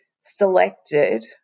selected